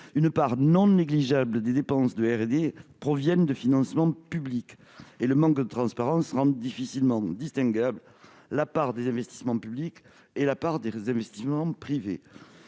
une part non négligeable des dépenses de R&D provient de financements publics, et le manque de transparence rend difficile la distinction entre la part des investissements publics et celle des investissements privés.